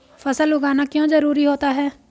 फसल उगाना क्यों जरूरी होता है?